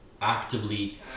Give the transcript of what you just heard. actively